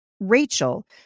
Rachel